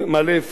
קריית-ארבע,